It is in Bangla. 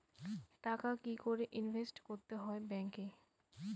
টাকা কি করে ইনভেস্ট করতে হয় ব্যাংক এ?